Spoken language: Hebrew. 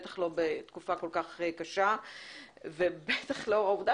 בטח לא בתקופה כל כך קשה ובטח לאור העובדה